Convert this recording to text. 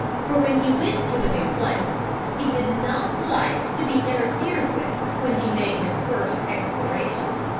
for when he went to a new place he did not like to be interfered with when he made his first explorations,